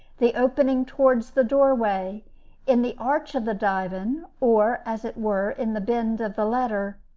the opening towards the doorway in the arch of the divan, or, as it were, in the bend of the letter,